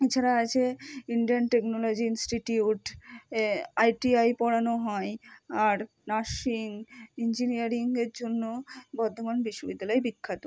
এছাড়া আছে Indian technology institute ITI পড়ানো হয় আর নার্সিং ইঞ্জিনিয়ারিংয়ের জন্য বর্ধমান বিশ্ববিদ্যালয় বিখ্যাত